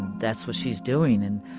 that's what she's doing, and